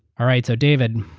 all right. so david,